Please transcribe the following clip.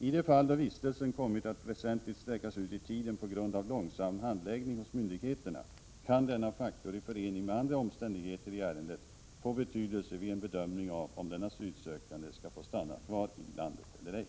I de fall då vistelsen kommit att väsentligt sträckas ut i tiden på grund av långsam handläggning hos myndigheterna, kan denna faktor i förening med andra omständigheter i ärendet få betydelse vid en bedömning av om den asylsökande skall få stanna kvar i landet eller ej.